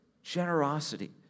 Generosity